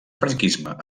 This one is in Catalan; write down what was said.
franquisme